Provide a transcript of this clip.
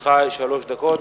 לרשותך שלוש דקות.